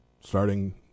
starting